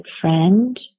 friend